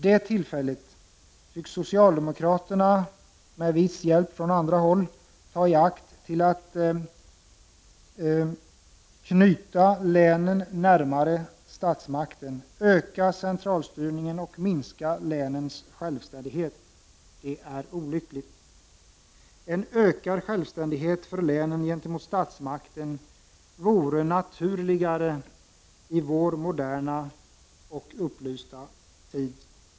Detta tillfälle tycks socialdemokraterna med viss hjälp från andra partier begagna för att knyta länen närmare statsmakten, öka centralstyrningen och minska länens självständighet. Det är olyckligt. En ökad självständighet för länen gentemot statsmakten vore naturligare i vår moderna och upplysta tid.